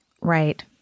Right